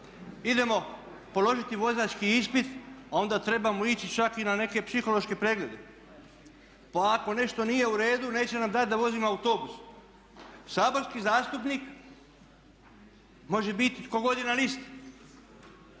idemo položiti vozački ispit a onda trebamo ići čak i na neke psihološke preglede. Pa ako nešto nije uredu neće nam dati da vozimo autobus. Saborski zastupnik može biti tko god je na listi